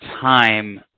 time